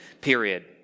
period